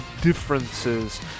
differences